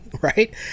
right